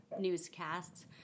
newscasts